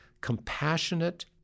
compassionate